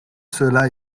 cela